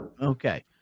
okay